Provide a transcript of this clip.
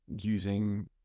using